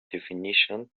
definition